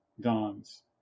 dawns